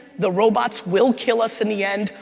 the robots will kill us in the end,